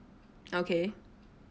okay